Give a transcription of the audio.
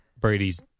Brady's